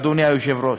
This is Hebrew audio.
אדוני היושב-ראש,